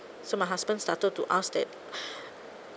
so my husband started to ask that